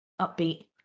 upbeat